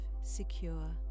secure